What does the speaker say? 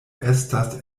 estas